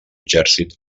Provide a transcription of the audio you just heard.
exèrcit